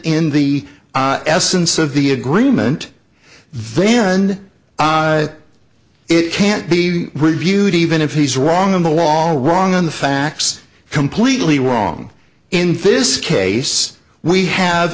in the essence of the agreement then it can't be reviewed even if he's wrong on the wall wrong on the facts completely wrong in fisk ace we have